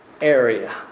Area